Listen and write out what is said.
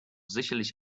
sicherlich